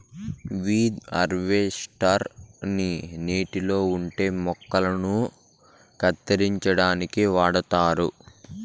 weed harvester ని నీటిలో ఉండే మొక్కలను కత్తిరించడానికి వాడుతారు